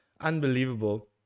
unbelievable